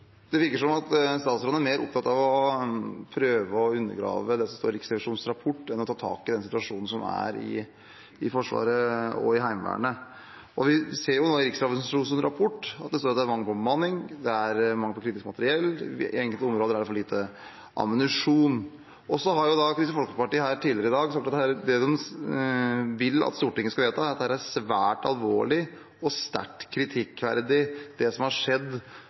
Det virker som om statsråden er mer opptatt av å prøve å undergrave det som står i Riksrevisjonens rapport, enn å ta tak i den situasjonen som er i Forsvaret og i Heimevernet. I Riksrevisjonens rapport står det at det er mangel på bemanning, det er mangel på kritisk materiell, og på enkelte områder er det for lite ammunisjon. Kristelig Folkeparti har tidligere i dag sagt at de vil at Stortinget skal vedta at det er «svært alvorlig» og «sterkt kritikkverdig», det som har skjedd